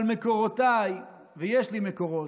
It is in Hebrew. אבל מקורותיי, ויש לי מקורות,